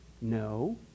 no